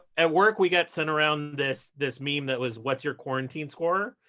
at work, we got sent around this this meme that was, what's your quarantine score?